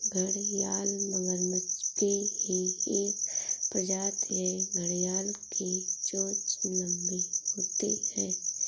घड़ियाल मगरमच्छ की ही एक प्रजाति है घड़ियाल की चोंच लंबी होती है